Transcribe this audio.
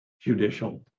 judicial